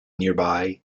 nearby